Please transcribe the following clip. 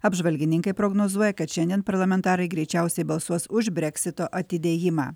apžvalgininkai prognozuoja kad šiandien parlamentarai greičiausiai balsuos už breksito atidėjimą